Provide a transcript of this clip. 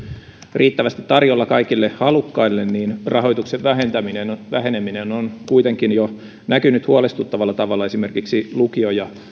riittävästi tarjolla kaikille halukkaille niin rahoituksen väheneminen on väheneminen on kuitenkin jo näkynyt huolestuttavalla tavalla esimerkiksi lukio ja